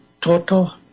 total